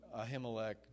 Ahimelech